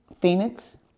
Phoenix